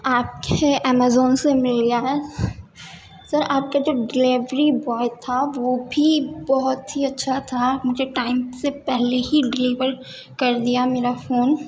آپ کے امیزون سے مل گیا ہے سر آپ کے جو ڈلیوری بوائے تھا وہ بھی بہت ہی اچھا تھا مجھے ٹائم سے پہلے ہی ڈلیور کر دیا میرا فون